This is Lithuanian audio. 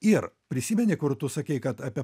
ir prisimeni kur tu sakei kad apie